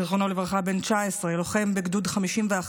זיכרונו לברכה, בן 19, לוחם בגדוד 51